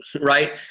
right